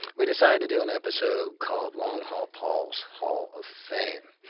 we decided to do an episode called long haul paul's haul of fame.